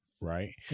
Right